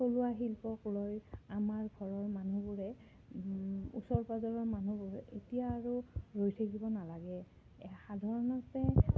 থলুৱা শিল্পক লৈ আমাৰ ঘৰৰ মানুহবোৰে ওচৰ পাজৰৰ মানুহবোৰে এতিয়া আৰু ৰৈ থাকিব নালাগে সাধাৰণতে